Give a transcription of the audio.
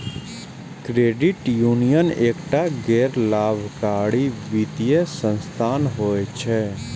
credit union एकटा गैर लाभकारी वित्तीय संस्थान होइ छै